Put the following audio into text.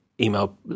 email